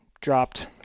dropped